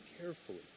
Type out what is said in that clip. carefully